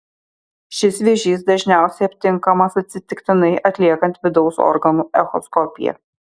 šis vėžys dažniausiai aptinkamas atsitiktinai atliekant vidaus organų echoskopiją